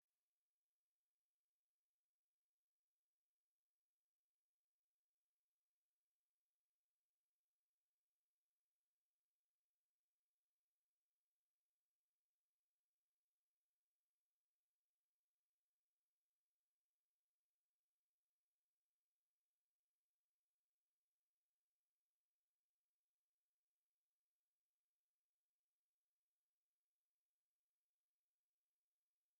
Abantu bari mu cyumba bigiramo, bahagaze hafi y’ameza bafite amakayi yo kwandikamo ibintu by’ingenzi, ndetse n’amakaramu. Basa nk’abari mu itsinda baganira ku kibazo runaka bahawe n’ababigisha. Hari intebe z’icyatsi kibisi n'andi meza bifashisha mu myigire. Bari gufashanya mu myigire kandi gukorana nk’itsinda bituma buri wese yungukira ku bumenyi bw’abandi.